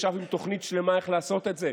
שישב עם תוכנית שלמה איך לעשות את זה.